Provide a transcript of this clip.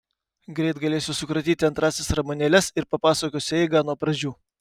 greit galėsiu sukratyti antrąsias ramunėles ir papasakosiu eigą nuo pradžių